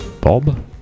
Bob